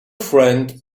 friend